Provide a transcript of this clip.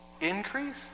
increase